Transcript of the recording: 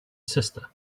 sister